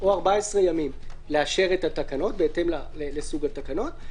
או 14 ימים לאשר את התקנות בהתאם לסוג התקנות,